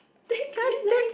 take it leh